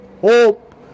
hope